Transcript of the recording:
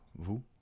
vous